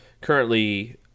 currently